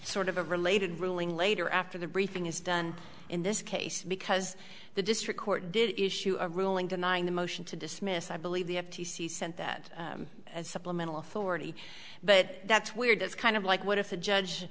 sort of a related ruling later after the briefing is done in this case because the district court did issue a ruling denying the motion to dismiss i believe the f t c sent that supplemental authority but that's weird that's kind of like what if the judge